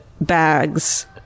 bags